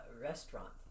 Restaurant